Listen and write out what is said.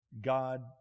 God